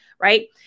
right